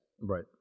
Right